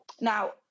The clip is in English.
Now